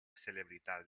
celebritat